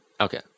Okay